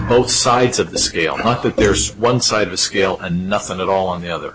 both sides of the scale that there's one side of a scale nothing at all on the other